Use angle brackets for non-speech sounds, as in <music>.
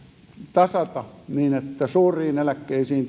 tasata niin että suuriin eläkkeisiin <unintelligible>